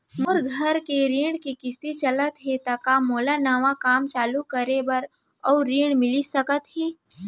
मोर घर के ऋण के किसती चलत हे ता का मोला नवा काम चालू करे बर अऊ ऋण मिलिस सकत हे?